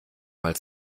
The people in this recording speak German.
mal